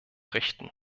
richten